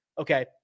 okay